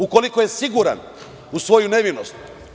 Ukoliko je siguran u svoju nevinost…